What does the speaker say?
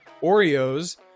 Oreos